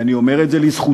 ואני אומר את זה לזכותם.